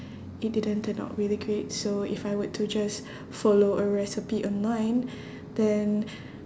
it didn't turn out really great so if I were to just follow a recipe online then